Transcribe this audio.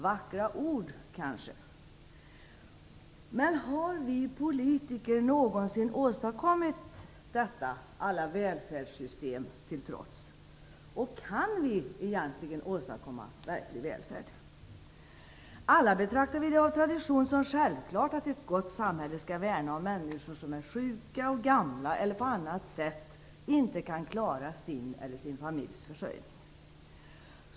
Vackra ord kanske, men har vi politiker någonsin åstadkommit detta alla "välfärdssystem" till trots, och kan vi egentligen åstadkomma verklig välfärd? Alla betraktar vi det av tradition som självklart att ett gott samhälle skall värna människor som är sjuka och gamla eller på annat sätt inte kan klara sin eller sin familjs försörjning.